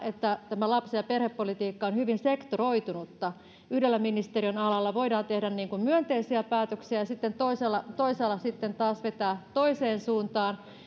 että nykyisin tämä lapsi ja perhepolitiikka on hyvin sektoroitunutta yhdellä ministeriönalalla voidaan tehdä myönteisiä päätöksiä ja sitten toisella taas vetää toiseen suuntaan